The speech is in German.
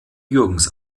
jürgens